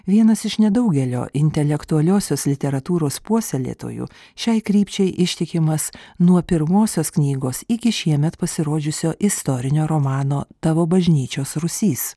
vienas iš nedaugelio intelektualiosios literatūros puoselėtojų šiai krypčiai ištikimas nuo pirmosios knygos iki šiemet pasirodžiusio istorinio romano tavo bažnyčios rūsys